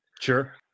Sure